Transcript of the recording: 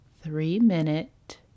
three-minute